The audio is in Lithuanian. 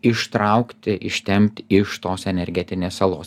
ištraukti ištempti iš tos energetinės salos